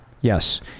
Yes